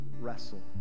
wrestle